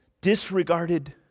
disregarded